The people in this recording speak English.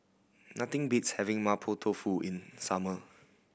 nothing beats having Mapo Tofu in summer